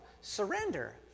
surrender